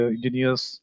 Engineers